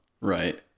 right